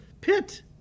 pit